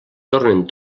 tornen